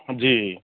जी